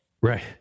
Right